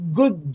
good